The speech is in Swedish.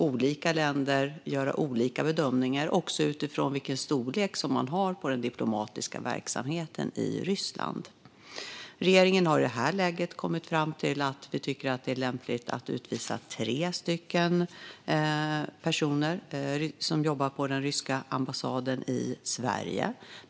Olika länder kan göra olika bedömningar också utifrån vilken storlek som man har på den diplomatiska verksamheten i Ryssland. Regeringen har i det här läget kommit fram till att vi tycker att det är lämpligt att utvisa tre personer som jobbar på den ryska ambassaden i Sverige.